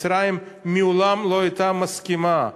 מצרים לעולם לא הייתה מסכימה,